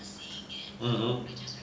(uh huh)